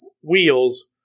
wheels